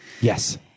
Yes